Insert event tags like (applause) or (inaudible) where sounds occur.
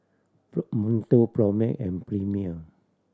(unintelligible) Monto Propnex and Premier